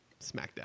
SmackDown